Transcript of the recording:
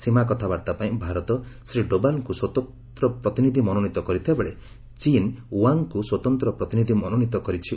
ସୀମା କଥାବାର୍ତ୍ତା ପାଇଁ ଭାରତ ଶ୍ରୀ ଡୋବାଲ୍ଙ୍କୁ ସ୍ୱତନ୍ତ ପ୍ରତିନିଧି ମନୋନୀତ କରିଥିବାବେଳେ ଚୀନ୍ ୱାଙ୍ଗ୍ଙ୍କୁ ସ୍ୱତନ୍ତ୍ର ପ୍ରତିନିଧି ମନୋନୀତ କରିଛି